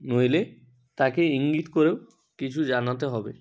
নইলে তাকে ইঙ্গিত করেও কিছু জানাতে হবে